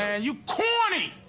and you corny!